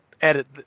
edit